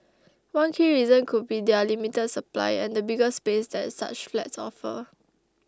one key reason could be their limited supply and the bigger space that such flats offer